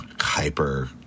hyper